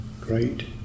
great